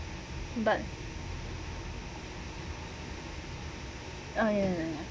but ah ya ya ya